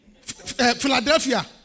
Philadelphia